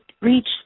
reach